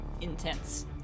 intense